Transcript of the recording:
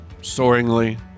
soaringly